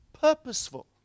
purposeful